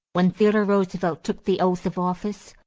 when theodore roosevelt took the oath of office,